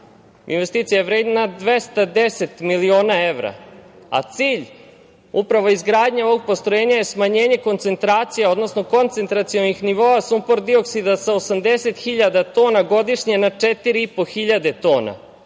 Investicija je vredna 210 miliona evra, a cilj upravo izgradnje ovog postrojenja je smanjenje koncentracije, odnosno koncentracionih nivoa sumpor-dioksida sa 80 hiljada tona godišnje na četiri